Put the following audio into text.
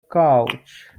couch